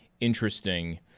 interesting